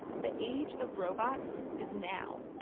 the age of robots is now.